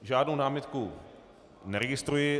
Žádnou námitku neregistruji.